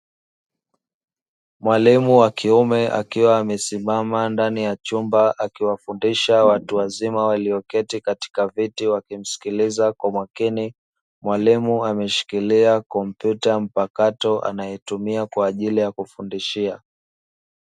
Mwalimu wa kiume akiwa amesimama ndani ya chumba akiwafundisha watu wazima walioketi katika viti wakimsikiliza kwa makini, mwalimu ameshikilia kompyuta mpakato anayotumia kwa ajili ya kufundishia.